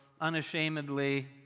unashamedly